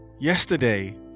Yesterday